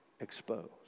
exposed